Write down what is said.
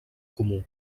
comú